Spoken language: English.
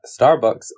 Starbucks